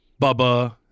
Bubba